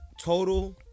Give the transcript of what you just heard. total